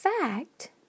fact